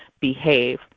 behave